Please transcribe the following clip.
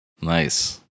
Nice